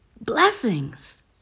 Blessings